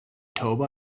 toba